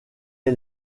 est